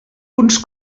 uns